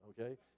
okay